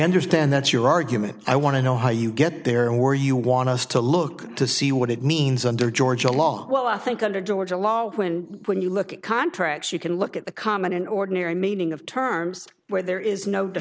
understand that's your argument i want to know how you get there or you want us to look to see what it means under georgia law well i think under georgia law when when you look at contracts you can look at the common ordinary meaning of terms where there is no